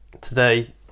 today